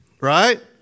Right